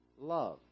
Love